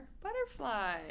butterfly